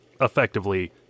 effectively